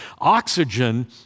Oxygen